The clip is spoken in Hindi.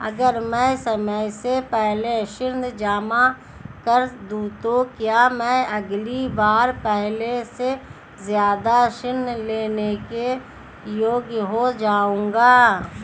अगर मैं समय से पहले ऋण जमा कर दूं तो क्या मैं अगली बार पहले से ज़्यादा ऋण लेने के योग्य हो जाऊँगा?